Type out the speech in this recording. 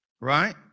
right